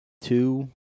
two